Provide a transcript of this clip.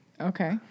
Okay